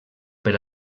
per